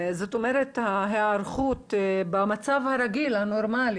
ההיערכות במצב הרגיל הנורמלי,